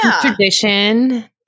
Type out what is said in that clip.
tradition